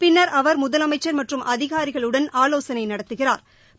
பின்னா் அவா் முதலமைச்சா் மற்றும் அதிகாரிகளுடன் ஆலோசனைநடத்துகிறாா்